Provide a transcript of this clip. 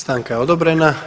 Stanka je odobrena.